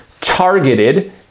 targeted